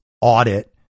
audit